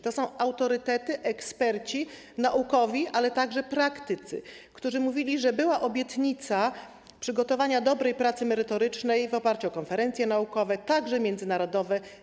To są autorytety, eksperci naukowi, ale także praktycy, którzy mówili, że była obietnica przygotowania dobrej pracy merytorycznej w oparciu o konferencje naukowe, także międzynarodowe.